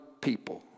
people